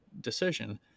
decision